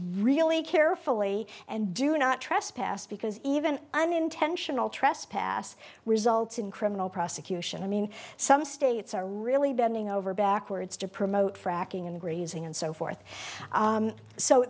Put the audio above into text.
really carefully and do not trespass because even unintentional trespass results in criminal prosecution i mean some states are really bending over backwards to promote fracking and grazing and so forth